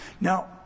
Now